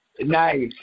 Nice